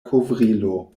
kovrilo